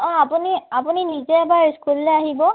অঁ আপুনি আপুনি নিজে এবাৰ স্কুললৈ আহিব